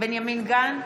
בנימין גנץ,